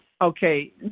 Okay